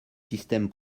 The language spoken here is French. système